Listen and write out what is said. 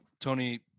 tony